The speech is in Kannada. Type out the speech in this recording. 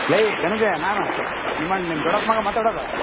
ಲೇಯ್ ಧನಂಜಯ ನಾನು ಮಗ ನಿಮ್ಮಣ್ಣ ನಿಮ್ಮ ದೊಡಪ್ಪ ಮಗ ಮಾತಾಡೋದು